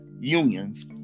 unions